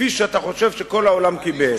כפי שאתה חושב שכל העולם קיבל.